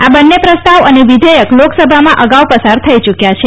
આ બંને પ્રસ્તાવ અને વિધેયક લોકસભામાં અગાઉ પસાર થઇ ચૂક્યા છે